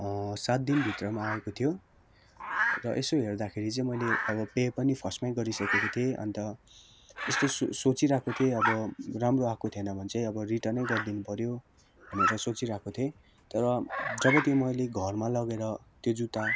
सात दिन भित्रमा आएको थियो र यसो हेर्दाखेरि चाहिँ मैले अब पे पनि फर्स्टमै गरिसकेको थिएँ अन्त यस्तो सो सोचिरहेको थिएँ अब राम्रो आएको थिएन भने चाहिँ अब रिटर्न नै गरिदिनु पऱ्यो भनेर सोचिरहेको थिएँ तर जब त्यो मैले घरमा लगेर त्यो जुत्ता